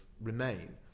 Remain